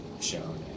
shown